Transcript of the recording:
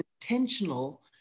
intentional